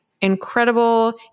incredible